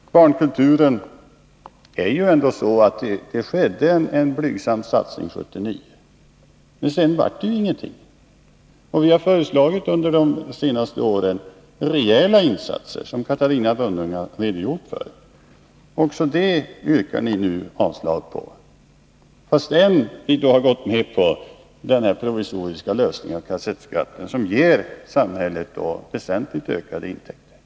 På barnkulturen gjordes en blygsam satsning 1979, men sedan blev det ingenting mer. Vi har under de senaste åren föreslagit rejäla insatser, vilket Catarina Rönnung har redogjort för. Också det yrkar ni nu avslag på, trots att ni har gått med på den provisoriska lösning av frågan om kassettskatten som ger samhället väsentligt ökade intäkter.